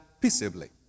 peaceably